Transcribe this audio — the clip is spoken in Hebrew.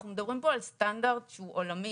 אנחנו מדברים פה על סטנדרט שהוא עולמי,